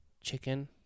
chicken